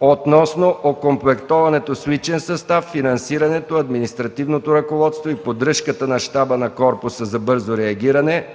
относно окомплектоването с личен състав, финансирането, административното ръководство и поддръжката на щаб на Корпуса за бързо реагиране